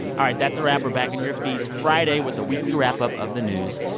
all right. that's a wrap. we're back in your feeds friday with the weekly wrap-up of the news.